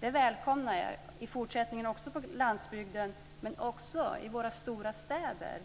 Det välkomnar jag också i fortsättningen på landsbygden, men också i våra stora städer.